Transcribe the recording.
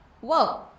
Whoa